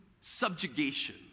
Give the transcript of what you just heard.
subjugation